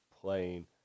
playing